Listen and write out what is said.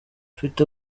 ufite